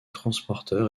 transporteur